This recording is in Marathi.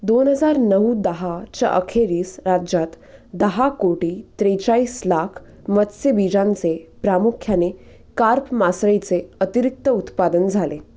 दोन हजार नऊ दहाच्या अखेरीस राज्यात दहा कोटी त्रेचाळीस लाख मत्सबीजांचे प्रामुख्याने कार्प मासळीचे अतिरिक्त उत्पादन झाले